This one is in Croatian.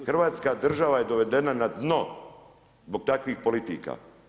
Hrvatska država je dovedena na dno zbog takvih politika.